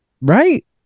right